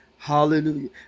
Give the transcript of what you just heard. Hallelujah